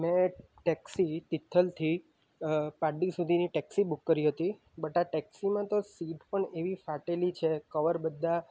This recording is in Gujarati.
મેં ટેક્સી ઈથલથી પાદડિલ સુધીની ટેક્સી બુક કરી હતી બટ આ ટેક્સીમાં તો સીટ પણ એવી ફાટેલી છે કવર બધા